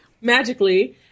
Magically